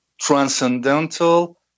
transcendental